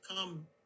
come